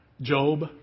Job